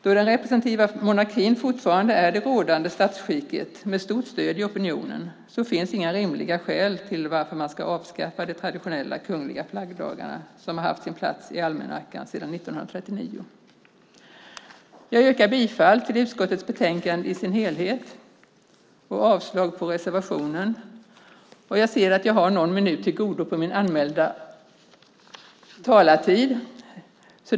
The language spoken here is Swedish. Då den representativa monarkin fortfarande är det rådande statsskicket, med stort stöd i opinionen, finns det inga rimliga skäl att avskaffa de traditionella kungliga flaggdagarna som haft sin plats i almanackan sedan 1939. Jag yrkar bifall till utskottets förslag till beslut i sin helhet och avslag på reservationen. Jag ser att jag har någon minut tillgodo på min anmälda talartid.